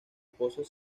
pozos